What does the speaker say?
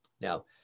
Now